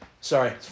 Sorry